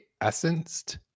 essenced